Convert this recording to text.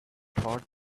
thought